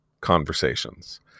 conversations